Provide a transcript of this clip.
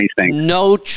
no